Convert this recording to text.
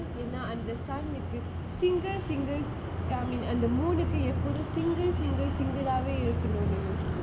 ஏனா அந்த:yaenaa andha sun க்கு:kku single single fa~ அந்த:andha moon எப்போதும்:eppothum single single single ஆவே இருக்குனும்:aavae irukkunum